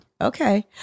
Okay